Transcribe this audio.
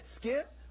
Skip